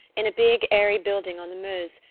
in a big airy building on the meuse,